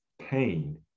pain